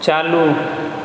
चालू